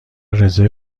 رزرو